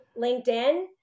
LinkedIn